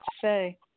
say